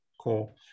Cool